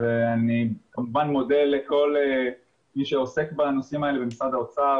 ואני כמובן מודה לכל מי שעוסק בנושאים האלה במשרד האוצר,